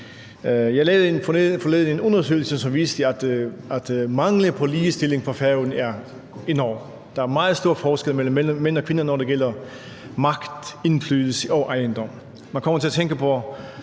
forleden en undersøgelse, som viste, at manglen på ligestilling på Færøerne er enorm. Der er meget stor forskel mellem mænd og kvinder, når det gælder magt, indflydelse og ejendom. Man kommer til at tænke på